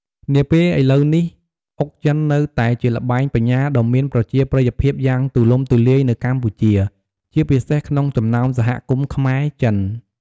នាពេលឥឡូវនេះ អុកចិននៅតែជាល្បែងបញ្ញាដ៏មានប្រជាប្រិយភាពយ៉ាងទូលំទូលាយនៅកម្ពុជា ជាពិសេសក្នុងចំណោមសហគមន៍ខ្មែរ-ចិន។